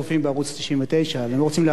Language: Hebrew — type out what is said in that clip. הם לא רוצים להפסיד בריצה לכאן.